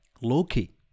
Loki